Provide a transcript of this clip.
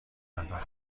پرداخت